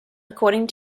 according